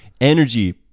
energy